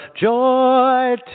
joy